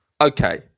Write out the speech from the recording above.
Okay